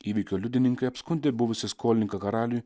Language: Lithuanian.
įvykio liudininkai apskundė buvusį skolininką karaliui